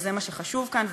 זה מה שחשוב כאן,